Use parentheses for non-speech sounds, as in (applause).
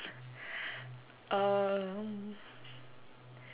(laughs) um